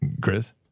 Chris